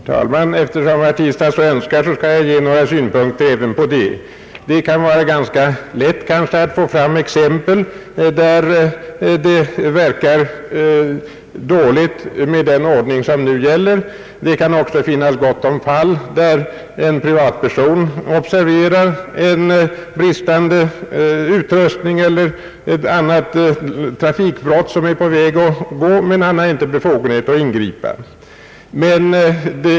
Herr talman! Eftersom herr Tistad så önskar kan jag anföra några synpunkter även på den saken. Det kan vara ganska lätt att finna exempel där den ordning som nu gäller verkar dålig. Det kan också finnas gott om fall där t.ex. en privatperson observerar bristande utrustning eller ett an nat trafikbrott men inte har befogenhet att ingripa.